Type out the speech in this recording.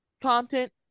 content